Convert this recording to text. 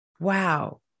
wow